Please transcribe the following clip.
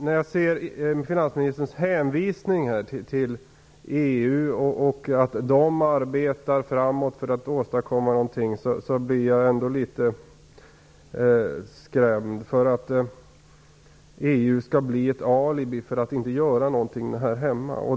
När jag ser finansministerns hänvisning till att man inom EU arbetar framåt för att åstadkomma någonting blir jag ändå litet skrämd för att EU skall bli ett alibi för att inte göra någonting här hemma.